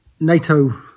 NATO